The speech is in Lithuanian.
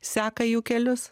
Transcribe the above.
seka jų kelius